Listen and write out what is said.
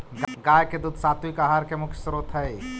गाय के दूध सात्विक आहार के मुख्य स्रोत हई